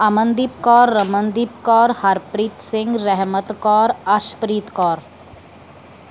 Amandeep Kaur Ramandeep Kaur Harpreet Singh Rahmat Kaur Arshpreet Kaur